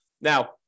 Now